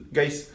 Guys